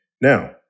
Now